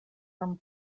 from